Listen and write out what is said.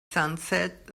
sunset